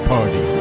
Party